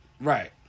Right